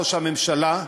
ראש הממשלה,